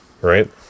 right